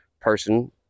person